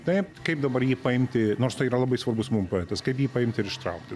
taip kaip dabar jį paimti nors tai yra labai svarbus mum poetas kaip jį paimti ir ištraukti